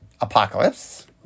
Apocalypse